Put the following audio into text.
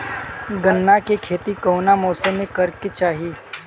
गन्ना के खेती कौना मौसम में करेके चाही?